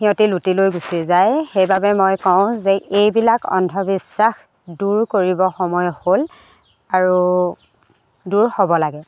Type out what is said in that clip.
সিহঁতে লুটি লৈ গুচি যায় সেইবাবে মই কওঁ যে এইবিলাক অন্ধবিশ্বাস দূৰ কৰিব সময় হ'ল আৰু দূৰ হ'ব লাগে